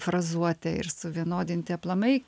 frazuotė ir suvienodinti aplamai